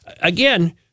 Again